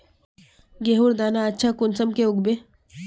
गेहूँर दाना अच्छा कुंसम के उगबे?